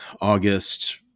August